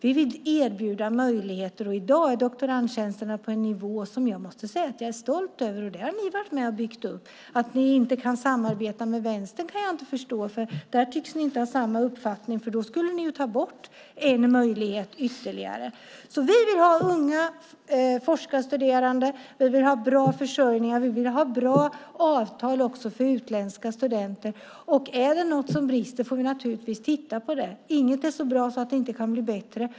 Vi vill erbjuda möjligheter, och i dag är doktorandtjänsterna på en nivå som jag måste säga att jag är stolt över, och det har ni varit med och byggt upp. Att ni inte kan samarbeta med Vänstern kan jag inte förstå. Där tycks ni inte ha samma uppfattning. I så fall skulle ni ta bort en ytterligare möjlighet. Vi vill ha unga forskarstuderande, vi vill ha bra försörjning, och vi vill också ha bra avtal för utländska studenter. Är det något som brister får vi naturligtvis titta på det. Inget är så bra att det inte kan bli bättre.